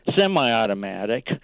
semi-automatic